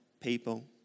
people